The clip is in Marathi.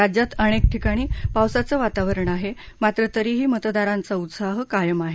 राज्यात अनेक ठिकाणी पावसाचं वातावरण आहे मात्र तरीही मतदारांचा उत्साह मात्र कायम आहे